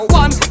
one